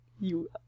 You-